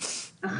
לא.